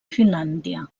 finlàndia